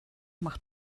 macht